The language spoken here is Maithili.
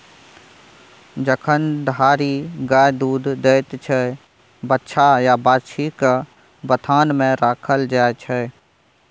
जखन धरि गाय दुध दैत छै बछ्छा या बाछी केँ बथान मे राखल जाइ छै